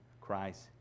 Christ